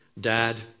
Dad